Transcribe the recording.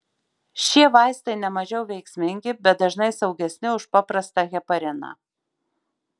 šie vaistai nemažiau veiksmingi bet dažnai saugesni už paprastą hepariną